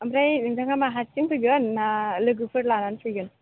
ओमफ्राय नोंथाङा मा हारसिं फैगोन ना लोगोफोर लानानै फैगोन